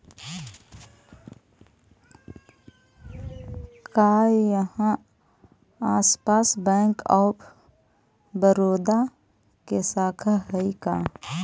का इहाँ आसपास बैंक ऑफ बड़ोदा के शाखा हइ का?